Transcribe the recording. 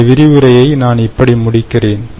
இந்த விரிவுரையை நான் இப்படி முடிக்கிறேன்